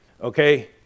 Okay